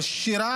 משאירים